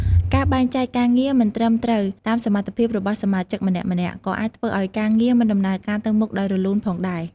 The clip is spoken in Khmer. ការបែងចែកការងារមិនត្រឹមត្រូវតាមសមត្ថភាពរបស់សមាជិកម្នាក់ៗ ក៏អាចធ្វើឱ្យការងារមិនដំណើរការទៅមុខដោយរលូនផងដែរ។